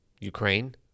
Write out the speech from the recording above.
Ukraine